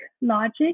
logic